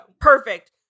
Perfect